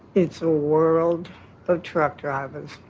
it's a world of truck drivers.